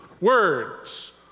words